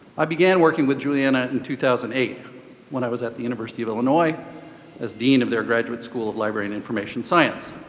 i began working with julieanna in two thousand and eight when i was at the university of illinois as dean of their graduate school of library and information science.